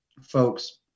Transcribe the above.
folks